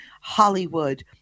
Hollywood